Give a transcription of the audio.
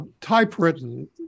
typewritten